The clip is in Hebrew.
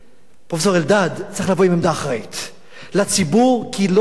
פרופסור אלדד, צריך לבוא